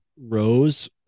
Rose